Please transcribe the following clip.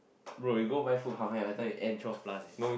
bro you got buy food come here until you end twelve plus